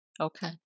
Okay